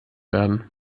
werden